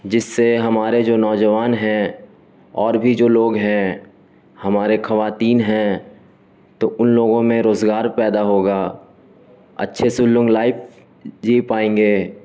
جس سے ہمارے جو نوجوان ہیں اور بھی جو لوگ ہیں ہمارے خواتین ہیں تو ان لوگوں میں روزگار پیدا ہوگا اچھے سےلگ لائف جی پائیں گے